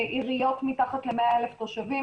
עיריות מתחת ל-100,000 תושבים,